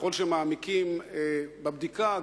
ככל שמעמיקים בבדיקה,